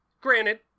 granted